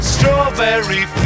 Strawberry